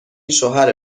شوهر